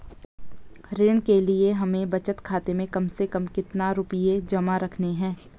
ऋण के लिए हमें बचत खाते में कम से कम कितना रुपये जमा रखने हैं?